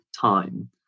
time